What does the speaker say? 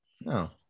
no